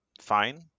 fine